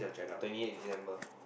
twenty eight December